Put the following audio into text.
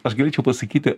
aš galėčiau pasakyti